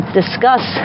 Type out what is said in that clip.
discuss